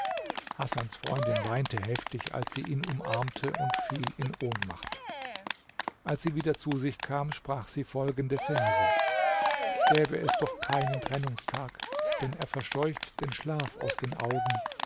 hasans freundin weinte heftig als sie ihn umarmte und fiel in ohnmacht als sie wieder zu sich kam sprach sie folgende verse gäbe es doch keinen trennungstag denn er verscheucht den schlaf aus den augen